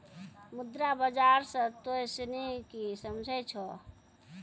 मुद्रा बाजार से तोंय सनि की समझै छौं?